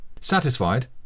Satisfied